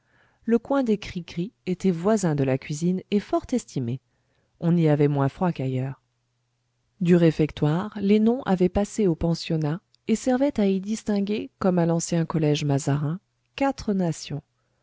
le coin des cricris était voisin de la cuisine et fort estimé on y avait moins froid qu'ailleurs du réfectoire les noms avaient passé au pensionnat et servaient à y distinguer comme à l'ancien collège mazarin quatre nations